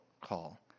call